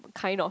kind of